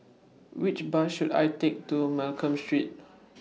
Which Bus should I Take to Mccallum Street